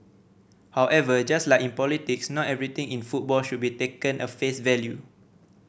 however just like in politics not everything in football should be taken at face value